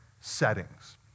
settings